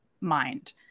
mind